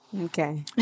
Okay